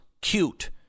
cute